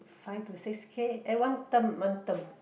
five to six K eh one term one term